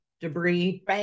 Debris